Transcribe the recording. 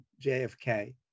JFK